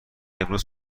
امروز